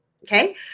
Okay